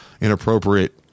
inappropriate